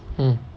mm